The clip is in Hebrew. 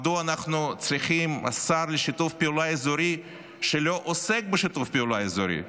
מדוע אנחנו צריכים שר לשיתוף פעולה אזורי שלא עוסק בשיתוף פעולה אזורי,